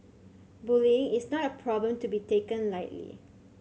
bullying is not a problem to be taken lightly